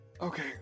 Okay